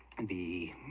and the